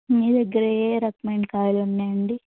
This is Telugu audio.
మీ దగ్గర ఏయే రకమైన కాయలు ఉన్నాయండి